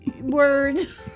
words